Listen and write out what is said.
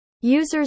users